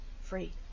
free